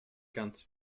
ganz